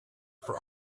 for